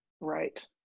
Right